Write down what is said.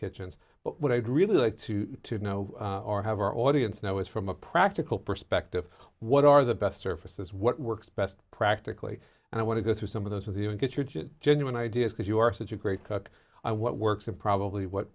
kitchens but what i'd really like to know or have our audience now is from a practical perspective what are the best surfaces what works best practically and i want to go through some of those with you and get your genuine ideas because you are such a great cook what works and probably what